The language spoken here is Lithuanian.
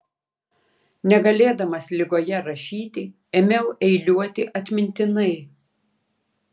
negalėdamas ligoje rašyti ėmiau eiliuoti atmintinai